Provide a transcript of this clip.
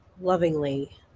lovingly